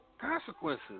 consequences